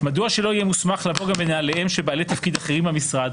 מדוע שלא יהיה מוסמך לבוא גם בנעליהם של בעלי תפקיד אחרים במשרד,